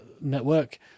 network